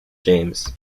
james